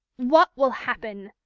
what will happen?